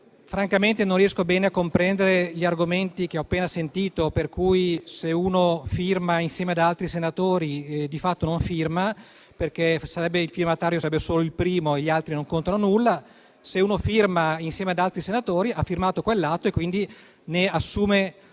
non riesco bene a comprendere gli argomenti che ho appena sentito, come quello per cui se un senatore firma insieme ad altri di fatto non firma, perché il firmatario sarebbe solo il primo e gli altri non contano nulla: se un senatore firma insieme ad altri senatori, ha firmato quell'atto e quindi ne assume totalmente